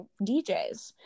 DJs